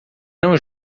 não